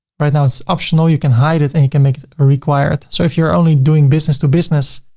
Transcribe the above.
right now, it's optional, you can hide it and you can make it a required. so if you're only doing business to business,